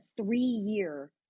three-year